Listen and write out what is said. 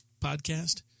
podcast